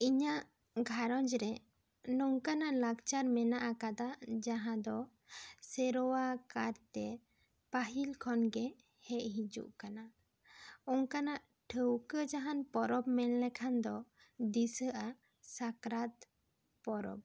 ᱤᱧᱟᱹᱜ ᱜᱷᱟᱨᱚᱸᱡᱽ ᱨᱮ ᱱᱚᱝᱠᱟᱱᱟᱜ ᱞᱟᱠᱪᱟᱨ ᱢᱮᱱᱟᱜ ᱟᱠᱟᱫᱟ ᱡᱟᱦᱟᱸ ᱫᱚ ᱥᱮᱨᱣᱟ ᱠᱟᱨᱛᱮ ᱯᱟᱹᱦᱤᱞ ᱠᱷᱚᱱᱜᱮ ᱦᱮᱡ ᱦᱤᱡᱩᱜ ᱠᱟᱱᱟ ᱚᱱᱠᱟᱱᱟᱜ ᱴᱷᱟᱣᱠᱟᱹ ᱡᱟᱦᱟᱸ ᱯᱚᱨᱚᱵᱽ ᱢᱮᱱ ᱞᱮᱠᱷᱟᱱ ᱫᱚ ᱫᱤᱥᱟᱹᱜᱼᱟ ᱥᱟᱠᱨᱟᱛ ᱯᱚᱨᱚᱵᱽ